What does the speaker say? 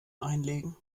einlegen